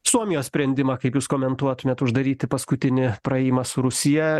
suomijos sprendimą kaip jūs komentuotumėt uždaryti paskutinį praėjimą su rusija